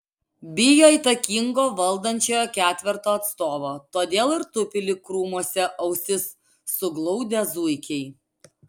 bijo įtakingo valdančiojo ketverto atstovo todėl ir tupi lyg krūmuose ausis suglaudę zuikiai